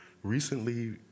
Recently